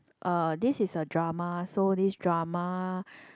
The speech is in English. uh this is a drama so this drama